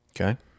Okay